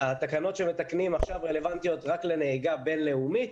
התקנות שמתקנים עכשיו רלוונטיות רק לנהיגה בין-לאומית,